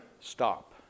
stop